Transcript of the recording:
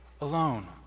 alone